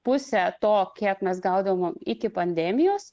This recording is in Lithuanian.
pusę to kiek mes gaudavom iki pandemijos